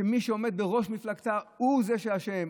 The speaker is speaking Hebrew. כשמי שעומד בראש מפלגתה הוא זה שאשם,